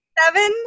seven